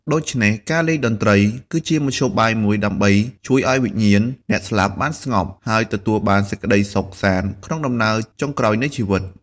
ដូច្នេះ ការលេងតន្ត្រី គឺជាមធ្យោបាយមួយដើម្បីជួយឲ្យវិញ្ញាណអ្នកស្លាប់បានស្ងប់ ហើយទទួលបានសេចក្ដីសុខសាន្តក្នុងដំណើរចុងក្រោយនៃជីវិត។